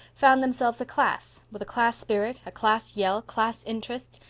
found themselves a class, with a class spirit, a class yell, class interests,